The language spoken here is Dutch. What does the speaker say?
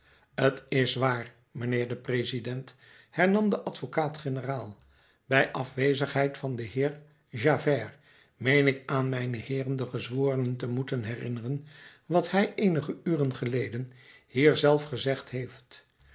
t is waar mijnheer de president hernam de advocaat-generaal bij afwezigheid van den heer javert meen ik aan mijne heeren de gezworenen te moeten herinneren wat hij eenige uren geleden hier zelf gezegd heeft